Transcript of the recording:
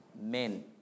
men